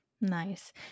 nice